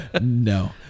No